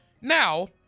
Now